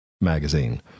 magazine